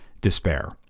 despair